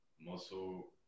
Muscle